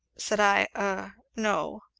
said i, er no.